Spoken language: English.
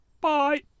bye